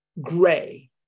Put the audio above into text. Gray